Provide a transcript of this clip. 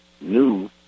new